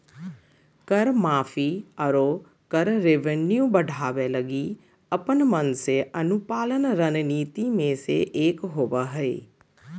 कर माफी, आरो कर रेवेन्यू बढ़ावे लगी अपन मन से अनुपालन रणनीति मे से एक होबा हय